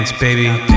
baby